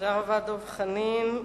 תודה רבה, דב חנין.